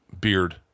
beard